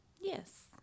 Yes